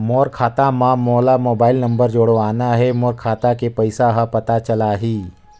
मोर खाता मां मोला मोबाइल नंबर जोड़वाना हे मोर खाता के पइसा ह पता चलाही?